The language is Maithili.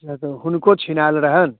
या तऽ हुनको छिनायल रहनि